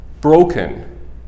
broken